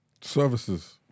services